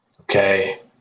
Okay